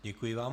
Děkuji vám.